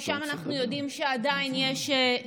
כי אנחנו יודעים ששם יש עדיין אירוע.